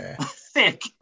Thick